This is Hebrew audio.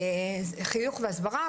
חינוך והסברה,